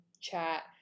chat